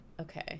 Okay